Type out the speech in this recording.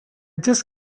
just